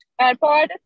airpod